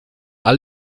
all